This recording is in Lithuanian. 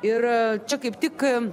ir čia kaip tik